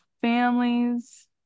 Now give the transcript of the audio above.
families